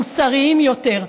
מוסריים יותר.